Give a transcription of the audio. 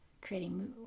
creating